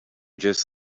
just